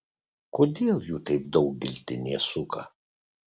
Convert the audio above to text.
kodėl jų taip daug giltinė suka